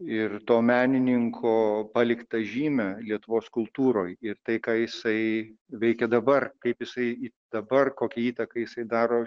ir to menininko paliktą žymę lietuvos kultūroj ir tai ką jisai veikė dabar kaip jisai dabar kokią įtaką jisai daro